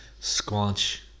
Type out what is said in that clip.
Squanch